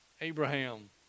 Abraham